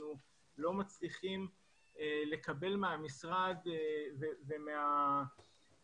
אנחנו לא מצליחים לקבל מהמשרד ומהמערכות